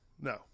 No